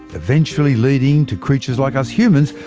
eventually leading to creatures like us humans,